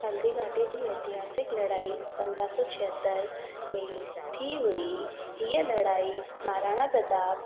हल्दी घाटीअ जी एतहासिक लड़ाई पंद्हं सौ छहतरि में थी हुई हीअ लड़ाई महाराणा प्रताप